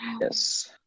Yes